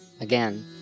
Again